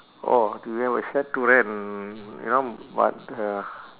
oh do we have a shed to rent mm you know but uh